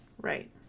Right